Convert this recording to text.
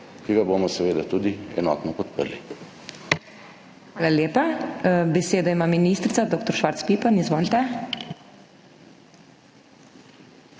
ki ga bomo seveda tudi enotno podprli.